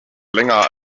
länger